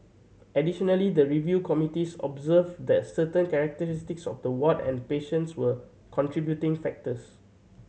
additionally the review committees observed that certain characteristics of the ward and patients were contributing factors